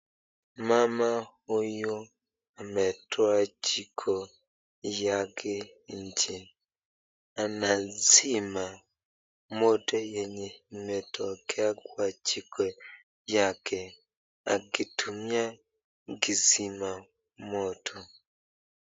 Mama huyu ametoa jiko yake nje. Anazima moto yenye imetokea kwa jiko yake, akitumia kizima moto.